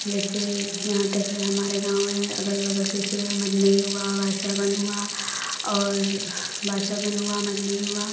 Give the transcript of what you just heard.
वैसे यहाँ तक ले हमारा गाँव है अगल बगल के शिवमनेई हुआ वाशावन हुआ और वशावन हुआ मन्नेई हुआ